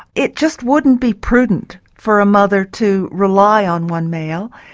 it just wouldn't be prudent for a mother to rely on one male.